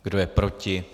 Kdo je proti?